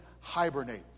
hibernate